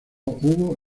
hubo